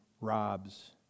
robs